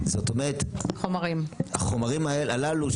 החומרים הללו,